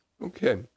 Okay